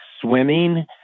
swimming